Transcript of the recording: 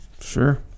Sure